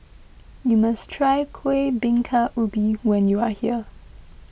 you must try Kueh Bingka Ubi when you are here